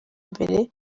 mbere